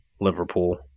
Liverpool